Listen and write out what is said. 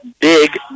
big